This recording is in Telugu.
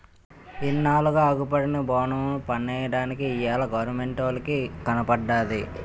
ఇన్నాళ్లుగా అగుపడని బవనము పన్నెయ్యడానికి ఇయ్యాల గవరమెంటోలికి కనబడ్డాది